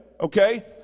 okay